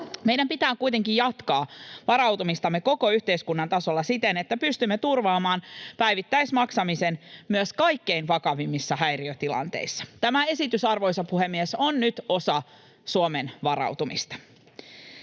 Meidän pitää kuitenkin jatkaa varautumistamme koko yhteiskunnan tasolla siten, että pystymme turvaamaan päivittäismaksamisen myös kaikkein vakavimmissa häiriötilanteissa. Tämä esitys, arvoisa puhemies, on nyt osa Suomen varautumista.